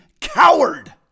coward